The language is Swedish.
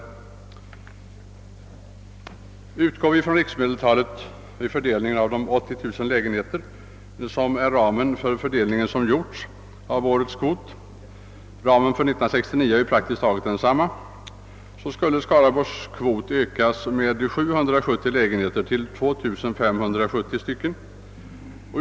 Utgår vi från riksmedeltalet vid fördelningen av de 80 000 lägenheter som är ramen för årets kvot — ramen för 1969 är ju praktiskt taget densamma — skulle kvoten för Skaraborgs län ökas med 770 lägenheter till 2 570.